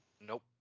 Nope